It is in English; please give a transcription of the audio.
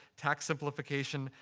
tax simplification,